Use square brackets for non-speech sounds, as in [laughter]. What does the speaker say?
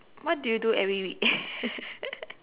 what do you do every weekend [laughs]